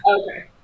Okay